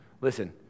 Listen